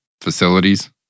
facilities